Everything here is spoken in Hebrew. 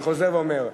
אני חוזר ואומר,